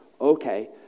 okay